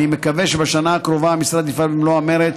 אני מקווה שבשנה הקרובה המשרד יפעל במלוא המרץ